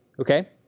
okay